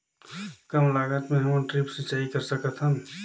कम लागत मे हमन ड्रिप सिंचाई कर सकत हन?